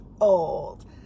old